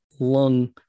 lung